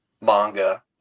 manga